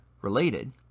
related